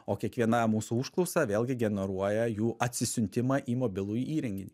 o kiekviena mūsų užklausa vėlgi generuoja jų atsisiuntimą į mobilųjį įrenginį